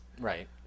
Right